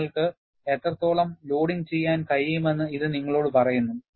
നിങ്ങൾക്ക് എത്രത്തോളം ലോഡിംഗ് ചെയ്യാൻ കഴിയുമെന്ന് ഇത് നിങ്ങളോട് പറയുന്നു